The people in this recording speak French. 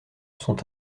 sont